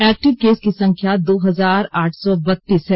active case की संख्या दो हजार आठ सौ बतीस है